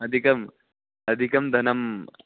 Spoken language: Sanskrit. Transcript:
अधिकम् अधिकं धनम्